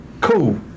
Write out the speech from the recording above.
cool